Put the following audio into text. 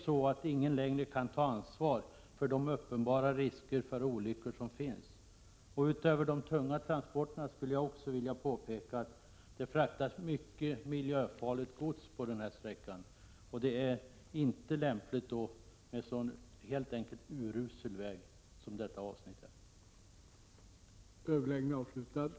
Ingen kan längre ta ansvar för de uppenbara risker för olyckor som finns. Utöver vad jag sagt om de tunga transporterna vill jag påpeka att det fraktas mycket miljöfarligt gods på denna sträcka, och det är inte lämpligt att — Prot. 1987/88:51 detta sker på en så urusel väg. 14 januari 1988